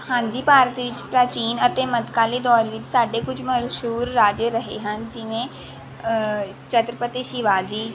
ਹਾਂਜੀ ਭਾਰਤ ਵਿੱਚ ਪ੍ਰਾਚੀਨ ਅਤੇ ਮੱਧਕਾਲੀ ਦੌਰ ਵਿੱਚ ਸਾਡੇ ਕੁਝ ਮਸ਼ਹੂਰ ਰਾਜੇ ਰਹੇ ਹਨ ਜਿਵੇਂ ਛਤਰਪਤੀ ਸ਼ਿਵਾਜੀ